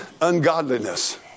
ungodliness